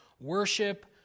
worship